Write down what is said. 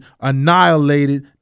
annihilated